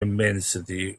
immensity